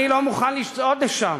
אני לא מוכן לצעוד לשם.